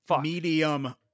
medium